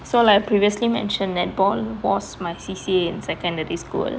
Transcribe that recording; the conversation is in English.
so like previously mentioned netball was my C_C_A in secondary school